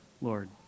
Lord